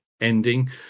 ending